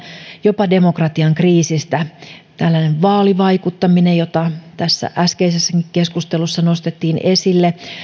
jopa demokratian kriisistä tällainen vaalivaikuttaminen jota tässä äskeisessäkin keskustelussa nostettiin esille